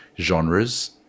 genres